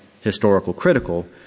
historical-critical